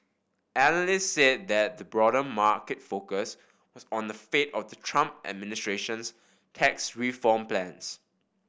analysts said that the broader market focus was on the fate of the Trump administration's tax reform plans